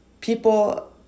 people